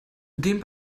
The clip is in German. den